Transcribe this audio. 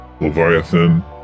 Leviathan